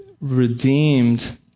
redeemed